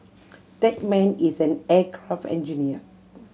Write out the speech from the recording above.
that man is an aircraft engineer